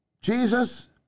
Jesus